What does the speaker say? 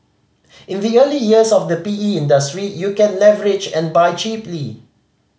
in the early years of the P E industry you can leverage and buy cheaply